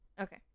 Okay